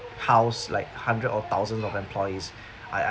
house like hundred or thousands of employees I